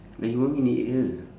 lagi one minute jer